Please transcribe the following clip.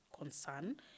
concern